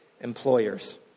employers